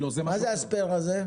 מה זה הספייר הזה?